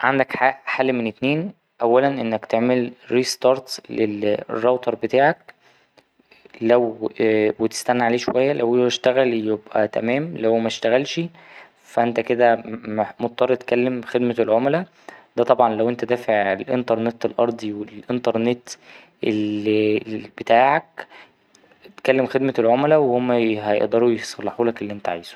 عندك ح ـ حل من اتنين أولا إنك تعمل ري ستارت للراوتر بتاعك لو وتستنى عليه شوية لو أشتغل يبقى تمام لو مشتغلش فا أنت كده مضطر تكلم خدمة العملا ده طبعا لو أنت دافع الإنترنت الأرضي والأنترنت ال ـ ال ـ بتاعك كلم خدمة العملا وهما هيقدروا يصلحولك اللي أنت عايزه.